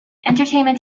entertainment